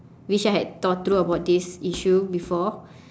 wish I had thought through about this issue before